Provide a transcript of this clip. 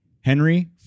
Henry